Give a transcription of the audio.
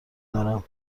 دارم